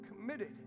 committed